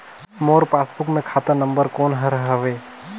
मोर passbook मे खाता number कोन हर हवे?